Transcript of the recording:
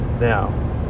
now